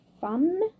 fun